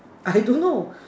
I don't know